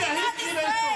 היא התחילה איתו.